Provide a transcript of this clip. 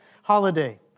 holiday